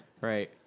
Right